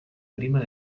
prima